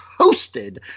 hosted